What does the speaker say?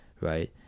right